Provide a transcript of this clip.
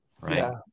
right